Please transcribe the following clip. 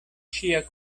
ŝia